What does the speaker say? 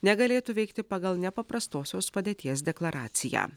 negalėtų veikti pagal nepaprastosios padėties deklaraciją